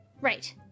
Right